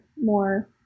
more